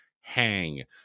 hang